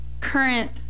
current